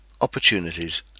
opportunities